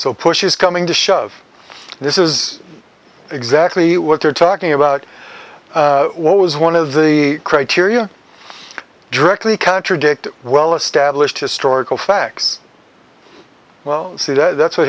so push is coming to shove this is exactly what they're talking about what was one of the criteria directly contradict well established historical facts well see that's what